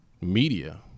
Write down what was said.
media